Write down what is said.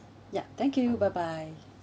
yup thank you bye bye